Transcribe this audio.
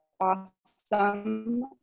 awesome